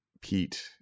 Pete